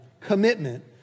commitment